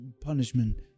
punishment